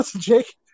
Jake